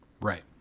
Right